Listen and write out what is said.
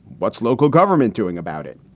what's local government doing about it?